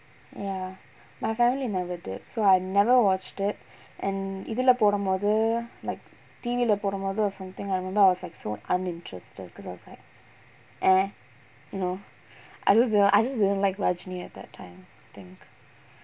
ya my family never did so I never watched it and இதுல போடும் போது:ithula podum pothu like T_V lah போடும் போது:podum pothu or something I remember like I was so uninterested cause I was like eh you know I just I just didn't like at that time I think